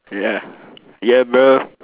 yeah yeah bro